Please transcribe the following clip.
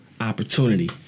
opportunity